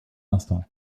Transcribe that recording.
instant